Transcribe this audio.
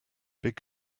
big